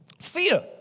Fear